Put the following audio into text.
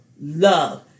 Love